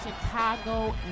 Chicago